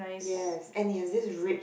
yes and it has this rich